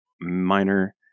minor